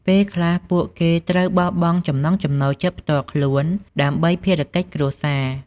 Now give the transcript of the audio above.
ពេលខ្លះពួកគេត្រូវបោះបង់ចំណង់ចំណូលចិត្តផ្ទាល់ខ្លួន ដើម្បីភារកិច្ចគ្រួសារ។